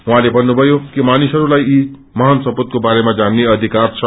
उहाँले भन्नुभयो कि ामानिसहरूलाई यी महान सपूतको बारेमा जान्ने अधिकार छ